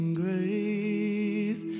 grace